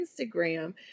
Instagram